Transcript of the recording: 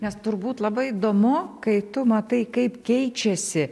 nes turbūt labai įdomu kai tu matai kaip keičiasi